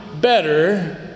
better